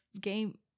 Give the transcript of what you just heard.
game